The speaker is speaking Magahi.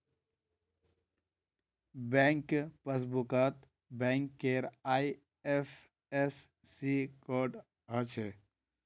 बैंक पासबुकत बैंकेर आई.एफ.एस.सी कोड हछे